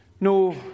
no